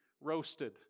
roasted